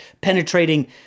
penetrating